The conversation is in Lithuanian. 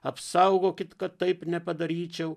apsaugokit kad taip nepadaryčiau